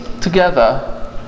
together